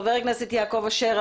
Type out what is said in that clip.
חבר הכנסת יעקב אשר,